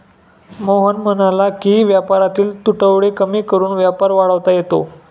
मोहन म्हणाला की व्यापारातील तुटवडे कमी करून व्यापार वाढवता येतो